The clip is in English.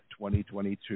2022